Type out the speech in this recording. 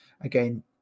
Again